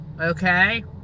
Okay